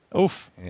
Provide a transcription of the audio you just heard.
Oof